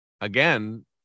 again